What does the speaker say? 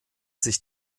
sich